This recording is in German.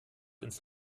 ins